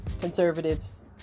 conservatives